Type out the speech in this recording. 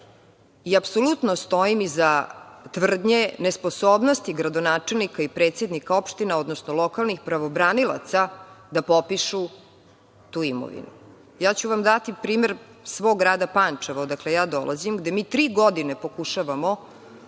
i apsolutno stojim iza tvrdnje nesposobnosti gradonačelnika i predsednika opština, odnosno lokalnih pravobranilaca da popišu tu imovinu. Daću vam primer svog grada Pančeva, odakle dolazim, a gde mi tri godine pokušavamo